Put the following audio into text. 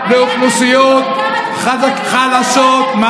אתם ודאי זוכרים גם